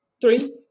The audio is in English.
three